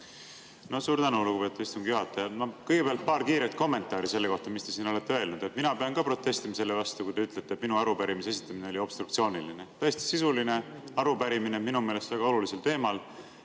Suur tänu, lugupeetud istungi juhataja! Kõigepealt paar kiiret kommentaari selle kohta, mis te siin olete öelnud. Mina pean ka protestima, kui te ütlete, et minu arupärimine oli obstruktsiooniline. See oli täiesti sisuline arupärimine minu meelest väga olulisel teemal,